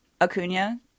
Acuna